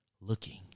Looking